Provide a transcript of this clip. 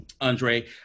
Andre